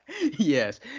Yes